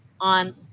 on